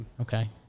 Okay